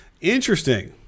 Interesting